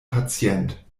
patient